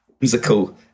musical